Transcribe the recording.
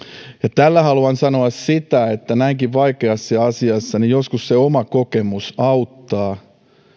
tällä haluan sanoa sitä että näinkin vaikeassa asiassa joskus se oma kokemus auttaa